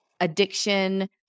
addiction